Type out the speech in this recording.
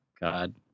God